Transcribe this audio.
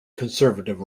conservative